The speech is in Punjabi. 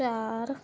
ਚਾਰ